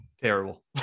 terrible